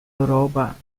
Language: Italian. europa